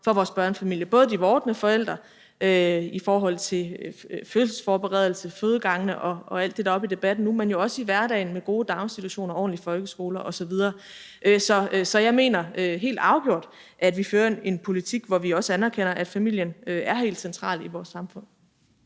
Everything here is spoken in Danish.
for vores børnefamilier, både de vordende forældre i forhold til fødselsforberedelse, fødegangene og alt det, der er oppe i debatten nu, men også i hverdagen med gode daginstitutioner, ordentlige folkeskoler osv. Så jeg mener helt afgjort, at vi fører en politik, hvor vi også anerkender, at familien er helt central i vores samfund.